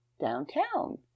downtown